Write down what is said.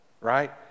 right